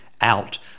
out